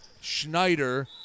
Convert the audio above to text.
Schneider